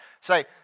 Say